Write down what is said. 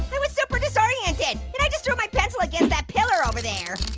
i was super disoriented, and i just threw my pencil against that pillar over there.